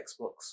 Xbox